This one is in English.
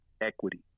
equity